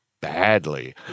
badly